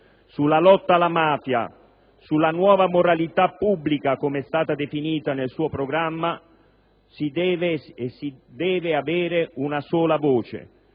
Sulla lotta alla mafia, sulla nuova moralità pubblica, come è stata definita nel suo programma, si deve avere una sola voce.